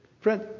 friend